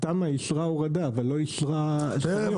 התמ"א אישרה הורדה, אבל לא אישרה חניון.